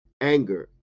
anger